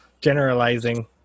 generalizing